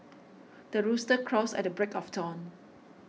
the rooster crows at the break of dawn